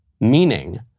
Meaning